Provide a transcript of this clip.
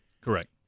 Correct